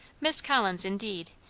miss collins, indeed,